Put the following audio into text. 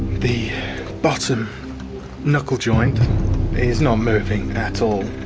the bottom knuckle joint is not moving at all.